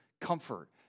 comfort